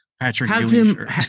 Patrick